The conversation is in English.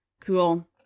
Cool